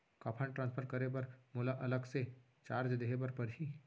का fund transfer करे बर मोला अलग से चार्ज देहे बर परही?